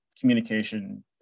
communication